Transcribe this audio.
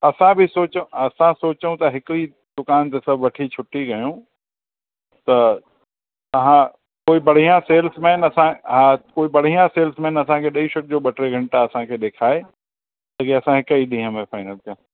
असां बि सोचियो असां सोचयऊं था हिकु ई दुकान ते सभु वठी छुटी कयूं त तव्हां कोई बढ़िया सेल्समेन असां हा कोई बढ़िया सेल्समेन असांखे ॾेई छॾिजो ॿ टे घंटा असांखे ॾेखारे छो की असां हिकु ॾींहं में फ़ाइनल